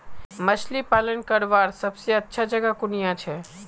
मछली पालन करवार सबसे अच्छा जगह कुनियाँ छे?